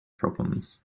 problems